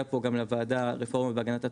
הגיעה לפה גם בוועדה רפורמה בהגנת הצומח,